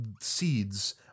seeds